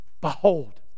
behold